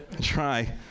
try